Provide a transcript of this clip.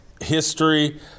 history